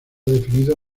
definido